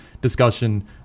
discussion